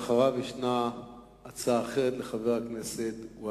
אחריו, יש הצעה אחרת לחבר הכנסת מגלי